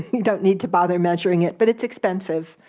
don't need to bother measuring it. but it's expensive,